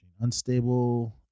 Unstable